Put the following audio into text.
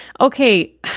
Okay